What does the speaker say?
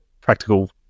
practical